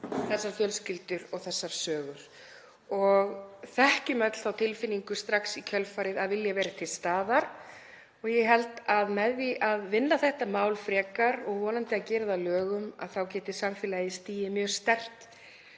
þessar fjölskyldur og þessar sögur og þekkjum öll þá tilfinningu strax í kjölfarið að vilja verið til staðar. Ég held að með því að vinna þetta mál frekar og vonandi að gera það að lögum þá geti samfélagi stigið mjög sterkt,